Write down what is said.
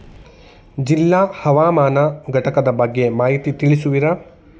ಜಿಲ್ಲಾ ಹವಾಮಾನ ಘಟಕದ ಬಗ್ಗೆ ಮಾಹಿತಿ ತಿಳಿಸುವಿರಾ?